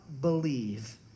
Believe